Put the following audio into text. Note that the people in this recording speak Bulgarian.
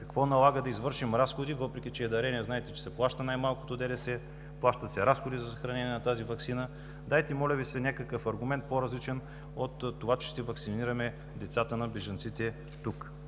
Какво налага да извършим разходи, въпреки че е дарение – знаете, че се плаща, най- малкото ДДС, плащат се разходи за съхранение на тази ваксина? Дайте, моля Ви, някакъв аргумент, по-различен от това, че ще ваксинираме децата на бежанците тук.